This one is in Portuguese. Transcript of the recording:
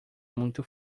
muito